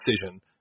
decision